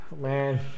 Man